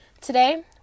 Today